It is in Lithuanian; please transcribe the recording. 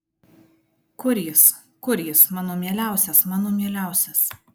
kur jis kur jis mano mieliausias mano mieliausias